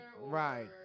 right